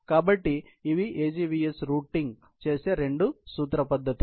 కాబట్టి ఇవి AGVS routing చేసే రెండు సూత్ర పద్ధతులు